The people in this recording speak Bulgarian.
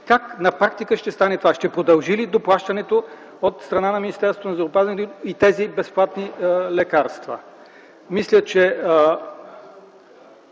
Как на практика ще стане това? Ще продължат ли доплащането от страна на Министерството на здравеопазването и тези безплатни лекарства? Мисля, че